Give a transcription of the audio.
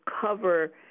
cover